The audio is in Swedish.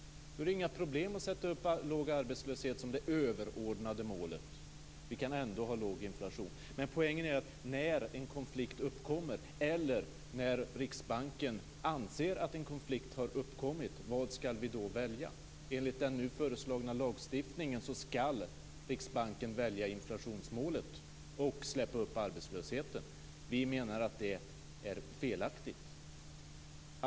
Då är det inga problem med att sätta upp låg arbetslöshet som det överordnade målet. Vi kan ändå ha låg inflation. Vad skall vi välja när en konflikt uppkommer eller när Riksbanken anser att en konflikt har uppkommit? Det är poängen. Enligt den nu föreslagna lagstiftningen skall Riksbanken välja inflationsmålet och släppa upp arbetslösheten. Vi menar att det är felaktigt.